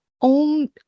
own